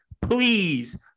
please